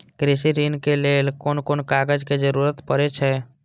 कृषि ऋण के लेल कोन कोन कागज के जरुरत परे छै?